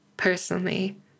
Personally